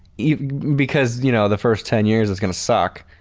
you know because you know the first ten years is going to suck,